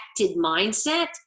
mindset